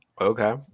Okay